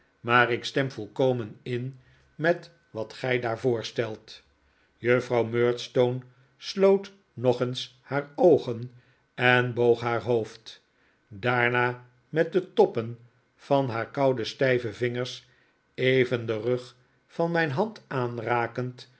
maar ik stem volkomen in met wat gij daar voorstelt juffrouw murdstone sloot nog eens haar oogen en boog haar hoofd daarna met de toppen van haar koude stijve vingers even den rug van mijn hand aanrakend